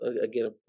again